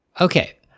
Okay